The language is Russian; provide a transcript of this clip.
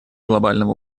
глобального